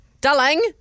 darling